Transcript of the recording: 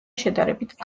შედარებით